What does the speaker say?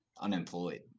unemployed